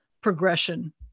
progression